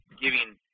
giving